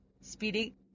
speedy